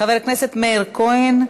חבר הכנסת מאיר כהן,